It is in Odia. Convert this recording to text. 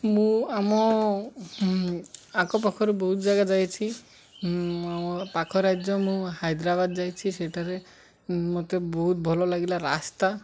ମୁଁ ଆମ ଆଖ ପାଖରୁ ବହୁତ ଜାଗା ଯାଇଛି ପାଖ ରାଜ୍ୟ ମୁଁ ହାଇଦ୍ରାବାଦ ଯାଇଛି ସେଠାରେ ମୋତେ ବହୁତ ଭଲ ଲାଗିଲା ରାସ୍ତା